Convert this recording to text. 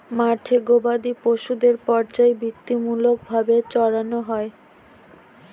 মাঠে গোবাদি পশুদের পর্যায়বৃত্তিমূলক ভাবে চড়ানো হয়